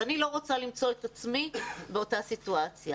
ואני לא רוצה למצוא את עצמי באותה סיטואציה.